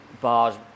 bars